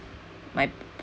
my